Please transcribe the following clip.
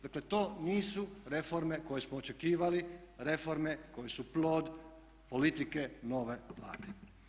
Dakle, to nisu reforme koje smo očekivali, reforme koje su plod politike nove Vlade.